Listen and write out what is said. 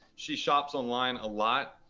she shops online a lot,